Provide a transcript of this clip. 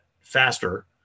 faster